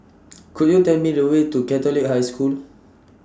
Could YOU Tell Me The Way to Catholic High School